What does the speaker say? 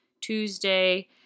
Tuesday